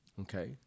Okay